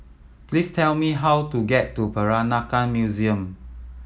please tell me how to get to Peranakan Museum